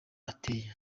ateye